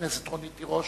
הכנסת רונית תירוש,